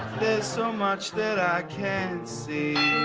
so much that i can't see